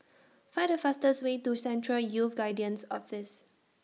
Find The fastest Way to Central Youth Guidance Office